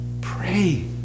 Pray